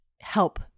help